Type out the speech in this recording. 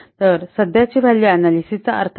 तर सध्याच्या value analysis चा अर्थ काय